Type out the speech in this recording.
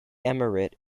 emirate